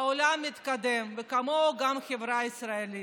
העולם מתקדם וכמוהו החברה הישראלית.